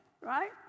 right